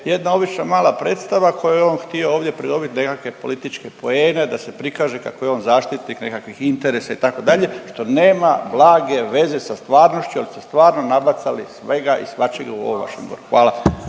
jedna obična mala predstava kojom je on htio ovdje pridobit nekakve političke poene da se prikaže kako je on zaštitnik nekakvih interesa itd. što nema blage veze sa stvarnošću jer ste stvarno nabacali svega i svačega u ovom vašem govoru. Hvala.